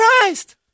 Christ